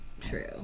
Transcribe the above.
True